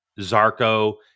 Zarco